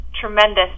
tremendous